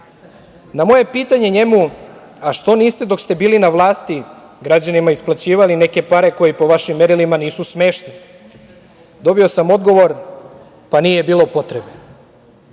moje pitanje njemu – a što niste dok ste bili na vlasti građanima isplaćivali neke pare koje po vašim merilima nisu smešne, dobio sam odgovor – pa, nije bilo potrebe.